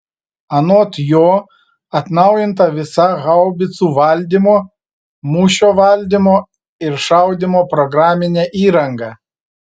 anot jo atnaujinta visa haubicų valdymo mūšio valdymo ir šaudymo programinė įranga